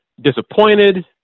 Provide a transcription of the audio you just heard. disappointed